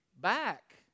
Back